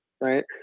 right